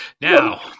Now